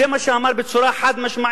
זה מה שאמר, בצורה חד-משמעית.